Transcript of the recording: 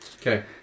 Okay